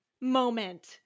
moment